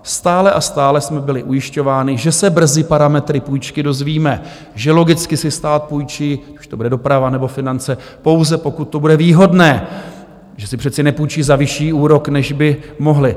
Stále a stále jsme byli ujišťováni, že se brzy parametry půjčky dozvíme, že logicky si stát půjčí, ať už to bude doprava, nebo finance, pouze pokud to bude výhodné, že si přece nepůjčí za vyšší úrok, než by mohli.